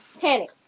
panic